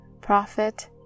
prophet